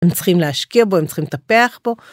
הם צריכים להשקיע בו, הם צריכים לטפח בו.